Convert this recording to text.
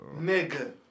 Nigga